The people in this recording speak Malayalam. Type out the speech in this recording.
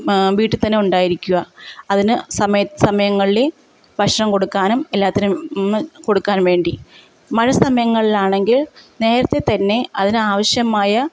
റി വീട്ടിൽ തന്നെ ഉണ്ടായിരിക്കുക അതിന് സമയം സമയങ്ങളിൽ ഭക്ഷണം കൊടുക്കാനും എല്ലാത്തിനും കൊടുക്കാനും വേണ്ടി മഴ സമയങ്ങളിൽ ആണെങ്കിൽ നേരത്തെ തന്നെ അതിന് ആവശ്യമായ